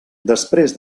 després